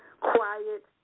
quiet